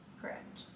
Correct